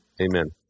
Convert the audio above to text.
amen